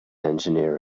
engineer